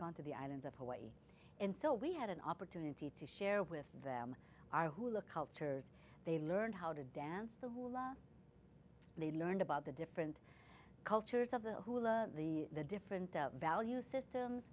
gone to the islands of hawaii and so we had an opportunity to share with them our who look cultures they learn how to dance to love they learned about the different cultures of the hula the the different value systems